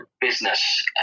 business